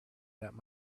that